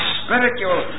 spiritual